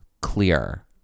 clear